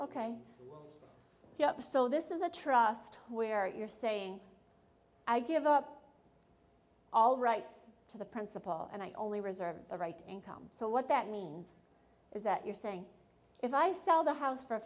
ok so this is a trust where you're saying i give up all rights to the principal and i only reserve the right income so what that means is that you're saying if i sell the house for